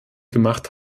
gemacht